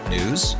News